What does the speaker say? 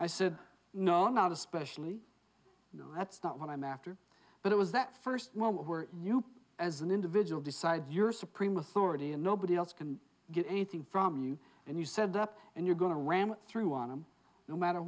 i said no not especially no that's not what i'm after but it was that first moment where you as an individual decide you're supreme authority and nobody else can get anything from you and you said up and you're going to ram through on him no matter